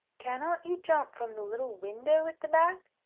cannot you jump from the little window at the back?